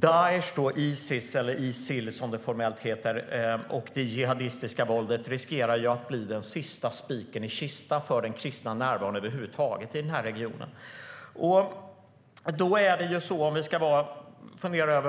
Daesh, Isis eller Isil, som det formellt heter, och det jihadistiska våldet riskerar att bli den sista spiken i kistan för den kristna närvaron i regionen över huvud taget.